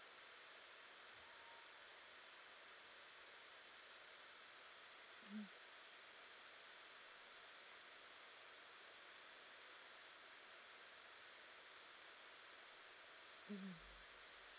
mmhmm mmhmm